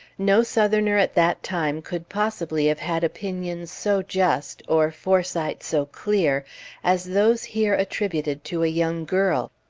no southerner at that time could possibly have had opinions so just or foresight so clear as those here attributed to a young girl.